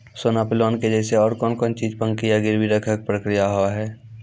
सोना पे लोन के जैसे और कौन कौन चीज बंकी या गिरवी रखे के प्रक्रिया हाव हाय?